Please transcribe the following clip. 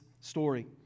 story